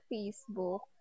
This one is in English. Facebook